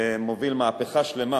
שמוביל מהפכה שלמה